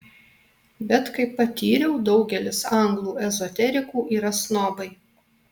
bet kaip patyriau daugelis anglų ezoterikų yra snobai